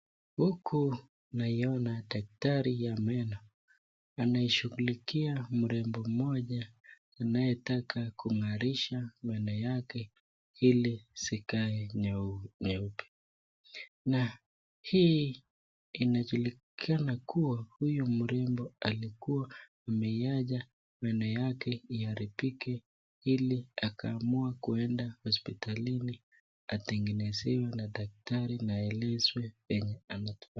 Huku naiona daktari ya meno. Anaishughulikia mrembo mmoja anayetaka kung'arisha meno yake ili zikae nyeupe nyeupe. Na hii inajulikana kuwa huyu mrembo alikuwa ameiacha meno yake iharibike ili akaamua kwenda hospitalini atengenezewe na daktari na aelezwe vile anatuma.